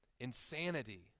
Insanity